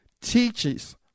teaches